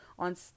on